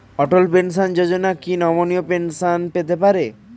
অটল pension Yojana কি নমনীয় pension পেতে পারে?